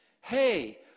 Hey